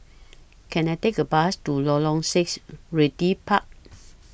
Can I Take A Bus to Lorong six Realty Park